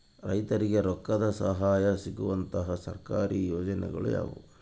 ರೈತರಿಗೆ ರೊಕ್ಕದ ಸಹಾಯ ಸಿಗುವಂತಹ ಸರ್ಕಾರಿ ಯೋಜನೆಗಳು ಯಾವುವು?